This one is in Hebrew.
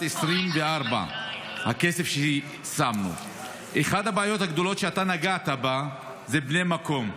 2024. אחת הבעיות הגדולות שנגעת בה זה בני המקום.